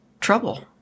trouble